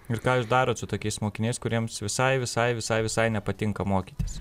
ir ką jūs darot su tokiais mokiniais kuriems visai visai visai visai nepatinka mokytis